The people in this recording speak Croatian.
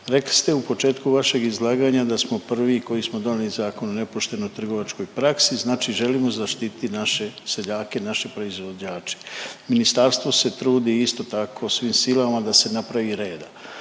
Rekli ste u početku vašeg izlaganja da smo prvi koji smo donijeli Zakon o nepoštenoj trgovačkoj praksi. Znači želimo zaštiti naše seljake, naše proizvođače. Ministarstvo se trudi isto tako svim silama da se napravi reda.